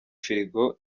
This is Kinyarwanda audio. firigo